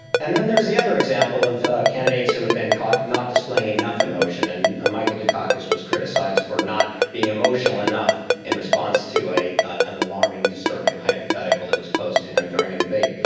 and then there's the other example of candidates who have been caught not displaying enough emotion. and michael dukakis was criticized for not being emotional enough in response to an alarming, disturbing hypothetical that was posed to him during a debate.